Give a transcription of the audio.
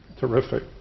terrific